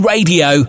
Radio